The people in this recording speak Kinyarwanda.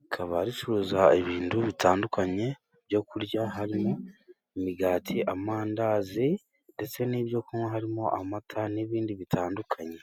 rikaba ricuruza ibintu bitandukanye byo kurya, harimo imigati, amandazi, ndetse n'ibyo kunywa harimo amata, n'ibindi bitandukanye.